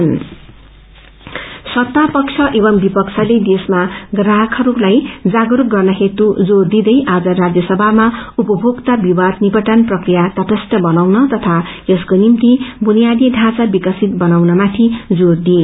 consumer वित सत्तापक्ष एवं विपक्षले देशमा ग्राइकहरूलाई जागस्क गर्न हेतु बत दिदै आज राज्यसभामा उपभोक्ता विवाद निपटान प्रक्रिया तटस्थ बनाउन तथा यसको निम्ति बुनियादी ढ़ौँचा विकसित बनाउनयाथि जोर दिए